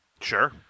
Sure